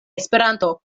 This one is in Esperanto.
esperanto